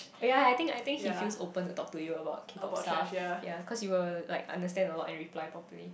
ya I think I think he feels open to talk to you about K Pop stuff ya cause you will like understand a lot and reply properly